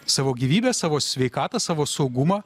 savo gyvybę savo sveikatą savo saugumą